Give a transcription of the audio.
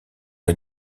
est